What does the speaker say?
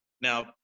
now